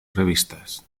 revistas